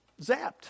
zapped